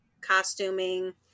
costuming